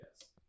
yes